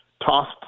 tossed